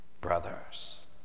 brothers